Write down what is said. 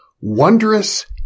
Wondrous